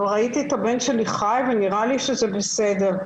אבל ראיתי את הבן שלי חי ונראה לי שזה בסדר.